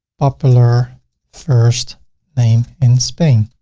popular first name in spain.